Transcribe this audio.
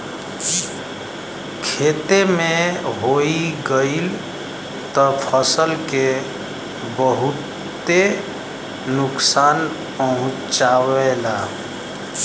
खेते में होई गयल त फसल के बहुते नुकसान पहुंचावेला